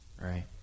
right